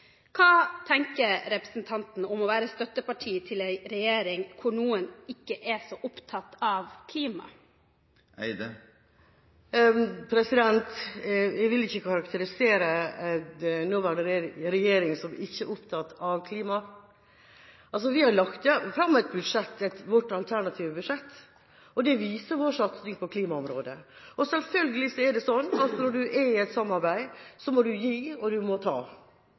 Hva tenker representanten Andersen Eide om å være støtteparti til en regjering hvor noen ikke er så opptatt av klima? Jeg vil ikke karakterisere nåværende regjering som ikke å være opptatt av klima. Vi har lagt fram vårt alternative budsjett, og det viser vår satsing på klimaområdet. Selvfølgelig er det sånn at når man er i et samarbeid, må man gi, og man må ta.